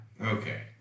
Okay